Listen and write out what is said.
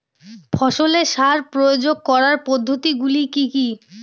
ফসলে সার প্রয়োগ করার পদ্ধতি গুলি কি কী?